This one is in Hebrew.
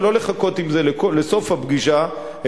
ולא לחכות עם זה לסוף הפגישה,